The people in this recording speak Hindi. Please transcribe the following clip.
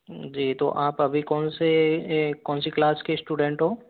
जी तो आप अभी कौन से कौन सी क्लास की स्टूडेंट हो